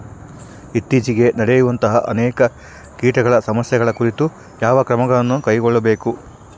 ಇತ್ತೇಚಿಗೆ ನಡೆಯುವಂತಹ ಅನೇಕ ಕೇಟಗಳ ಸಮಸ್ಯೆಗಳ ಕುರಿತು ಯಾವ ಕ್ರಮಗಳನ್ನು ಕೈಗೊಳ್ಳಬೇಕು?